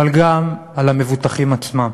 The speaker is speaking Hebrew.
אבל גם על המבוטחים עצמם.